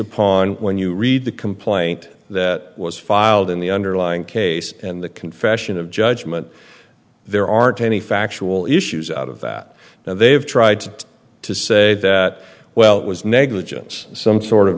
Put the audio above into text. upon when you read the complaint that was filed in the underlying case and the confession of judgment there aren't any factual issues out of that they have tried to say that well it was negligence some sort of